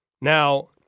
Now